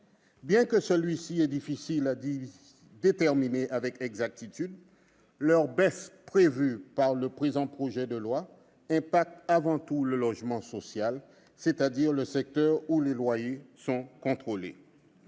bien que celui-ci soit difficile à évaluer avec exactitude, leur baisse prévue dans le présent projet de loi aura avant tout des effets sur le logement social, c'est-à-dire le secteur où les loyers sont contrôlés.